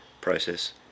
process